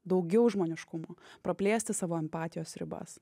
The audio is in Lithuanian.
daugiau žmoniškumo praplėsti savo empatijos ribas